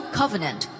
covenant